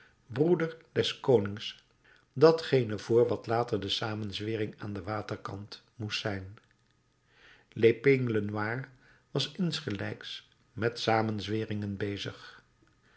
broeder des konings datgene voor wat later de samenzwering aan den waterkant moest zijn l'epingle noire was insgelijks met samenzweringen bezig